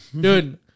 Dude